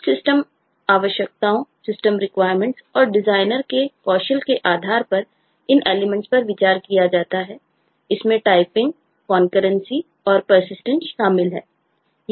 कुछ सिस्टम आवश्यकताओं system requirements शामिल होगी